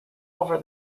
over